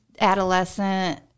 adolescent